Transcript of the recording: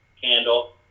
candle